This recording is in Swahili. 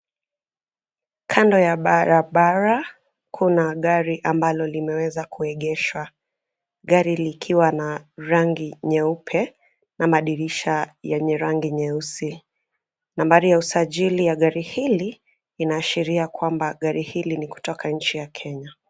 Kando ya barabara kuna gari ambalo limeweza kuegeshwa. Gari likiwa na rangi nyeupe na madirisha yenye rangi nyeusi. Nambari ya usajili ya gari hili, inaashiria kwamba gari hili ni kutoka nchi ya Kenya.